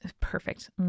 Perfect